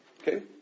Okay